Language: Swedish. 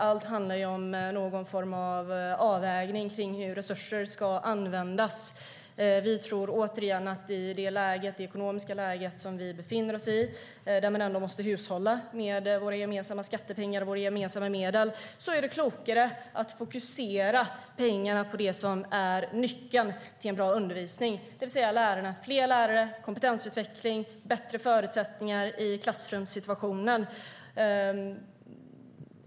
Allt handlar om någon form av avvägning av hur resurser ska användas. Vi tror återigen att i det ekonomiska läge som vi befinner oss i, där vi måste hushålla med våra gemensamma skattepengar och våra gemensamma medel, är det klokare att fokusera pengarna på det som är nyckeln till en bra undervisning, det vill säga fler lärare, kompetensutveckling och bättre förutsättningar i klassrumssituationen.